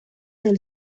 del